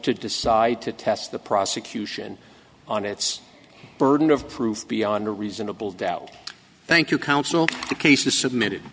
to decide to test the prosecution on its burden of proof beyond a reasonable doubt thank you counsel the case is submitted